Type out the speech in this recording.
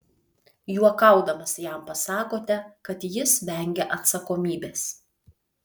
juokaudamas jam pasakote kad jis vengia atsakomybės